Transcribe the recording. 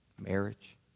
marriage